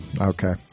Okay